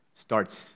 starts